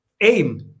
AIM